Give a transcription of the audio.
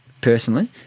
personally